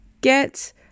Get